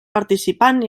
participant